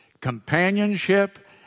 companionship